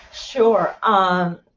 Sure